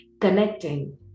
connecting